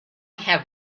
have